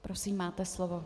Prosím, máte slovo.